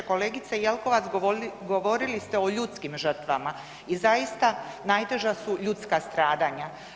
Kolegice Jelkovac govorili ste o ljudskim žrtvama i zaista najteža su ljudska stradanja.